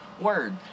Word